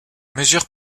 mesures